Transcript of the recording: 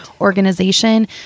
organization